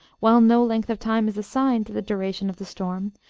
while no length of time is assigned to the duration of the storm,